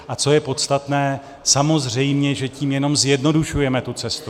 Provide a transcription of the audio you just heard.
A co je podstatné, samozřejmě že tím jenom zjednodušujeme tu cestu.